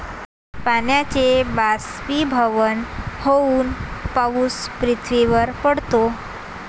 पाण्याचे बाष्पीभवन होऊन पाऊस पृथ्वीवर पडतो